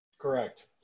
Correct